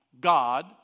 God